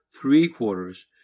three-quarters